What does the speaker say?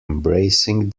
embracing